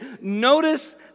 Notice